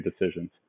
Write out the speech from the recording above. decisions